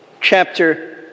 chapter